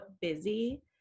busy